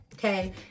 Okay